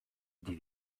die